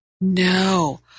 No